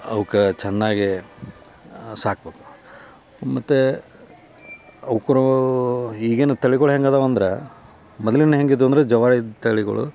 ಅವ್ಕೆ ಚೆನ್ನಾಗೇ ಸಾಕ್ಬೇಕು ಮತ್ತು ಅವ್ಕು ಈಗೇನು ತಳಿಗಳು ಹೆಂಗಿದವೆ ಅಂದ್ರೆ ಮೊದ್ಲಿನ್ ಹೇಗಿದ್ವು ಅಂದ್ರೆ ಜವಾರಿ ತಳಿಗಳು